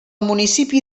municipi